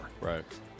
right